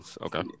Okay